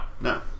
No